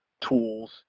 tools